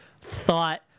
thought